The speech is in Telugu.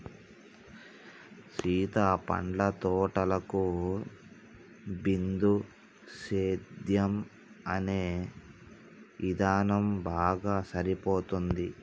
సీత పండ్ల తోటలకు బిందుసేద్యం అనే ఇధానం బాగా సరిపోతుంది